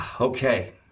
Okay